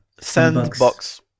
Sandbox